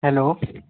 hello